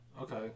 Okay